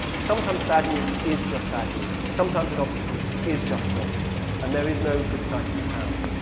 sometimes bad news is just bad news. sometimes an obstacle is just an obstacle. and there is no good side to be found.